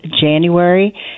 January